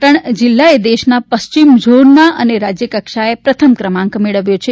પાટણ જિલ્લાએ દેશના પશ્ચિમ ઝોનમાં અને રાજ્યકક્ષાએ પ્રથમ ક્રમાંક મેળવ્યો છે